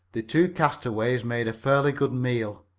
the two castaways made a fairly good meal.